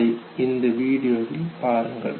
அதை இந்த வீடியோவிலும் பாருங்கள்